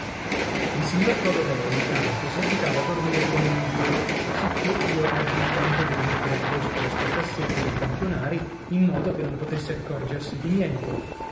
il signor clodoveo intanto seguitava a dormire come un ghiro sicché io ebbi il tempo di rimettere a posto la sua cassetta dei campionari in modo che non potesse accorgersi di niente